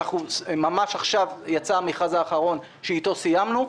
ממש עכשיו יצא המכרז האחרון שאיתו סיימנו,